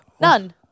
None